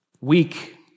weak